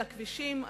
על הכבישים.